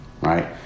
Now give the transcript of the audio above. right